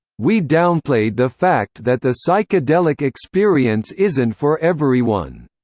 we downplayed the fact that the psychedelic experience isn't for everyone.